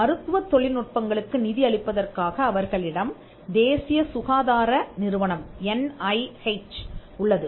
மருத்துவத் தொழில்நுட்பங்களுக்கு நிதி அளிப்பதற்காக அவர்களிடம் தேசிய சுகாதார நிறுவனம் என் ஐ ஹெச் உள்ளது